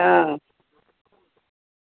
હા